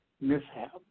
mishap